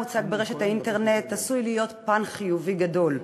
למידע הרב המוצג ברשת האינטרנט עשוי להיות פן חיובי גדול,